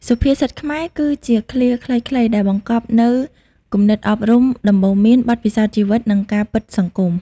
សុភាសិតខ្មែរ គឺជាឃ្លាខ្លីៗដែលបង្កប់នូវគំនិតអប់រំ ដំបូន្មាន បទពិសោធន៍ជីវិត និងការពិតសង្គម។